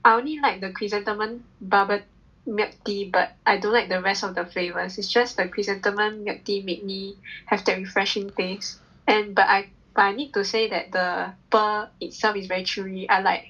I only like the chrysanthemum bubble milk tea but I don't like the rest of the flavours is just the chrysanthemum milk tea make me have that refreshing taste and but I but I need to say that the pearl itself is very chewy I like